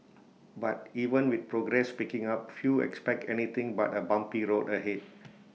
but even with progress picking up few expect anything but A bumpy road ahead